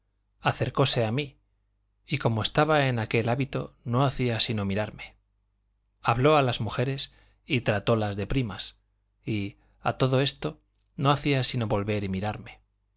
acercóse a mí y como estaba en aquel hábito no hacía sino mirarme habló a las mujeres y tratólas de primas y a todo esto no hacía sino volver y mirarme